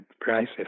prices